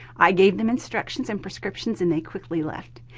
i gave them instructions and prescriptions, and they quickly left.